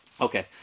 Okay